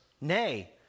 Nay